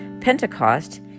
Pentecost